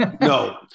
No